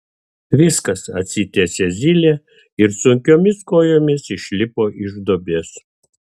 viskas atsitiesė zylė ir sunkiomis kojomis išlipo iš duobės